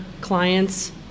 clients